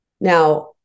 Now